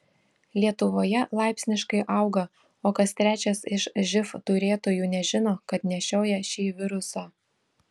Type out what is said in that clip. lietuvoje laipsniškai auga o kas trečias iš živ turėtojų nežino kad nešioja šį virusą